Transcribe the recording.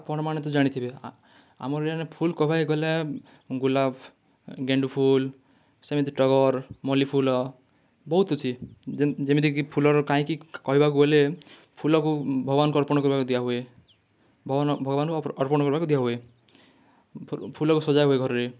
ଆପଣମାନେ ତ ଜାଣିଥିବେ ଆ ଆମର ୟାଡ଼େ ଫୁଲ୍ କହିବାକୁ ଗଲେ ଗୁଲାବ୍ ଗେଣ୍ଡୁ ଫୁଲ୍ ସେମିତି ଟଗର୍ ମଲ୍ଲି ଫୁଲ ବହୁତ୍ ଅଛି ଯେମିତି କି ଫୁଲର କାହିଁକି କହିବାକୁ ଗଲେ ଫୁଲକୁ ଭଗବାନକୁ ଅର୍ପଣ କରିବାକୁ ଦିଆ ହୁଏ ଭଗବାନକୁ ଅର୍ପଣ ଅର୍ପଣ କରିବାକୁ ଦିଆହୁଏ ଫୁଲକୁ ସଜା ହୁଏ ଘରେ